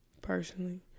personally